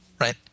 right